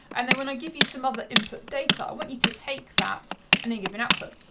and then when i give you some other input data, i want you to take that and then give an output.